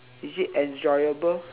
is it enjoyable